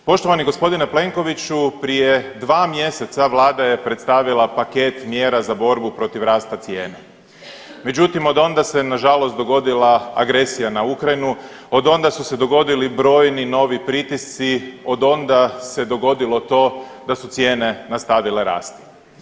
Poštovani g. Plenkoviću, prije dva mjeseca vlada je predstavila paket mjera za borbu protiv rasta cijena, međutim odonda se nažalost dogodila agresija na Ukrajinu, odonda su se dogodili brojni novi pritisci, odonda se dogodilo to da su cijene nastavile rasti.